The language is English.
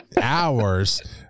hours